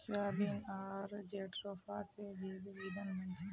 soybean आर jatropha स जैविक ईंधन बन छेक